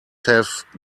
have